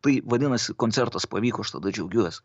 tai vadinasi koncertas pavyko aš tada džiaugiuos